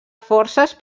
forces